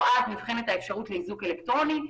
או אז נבחנת האפשרות לאיזוק אלקטרוני.